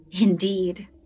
Indeed